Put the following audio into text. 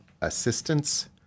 assistance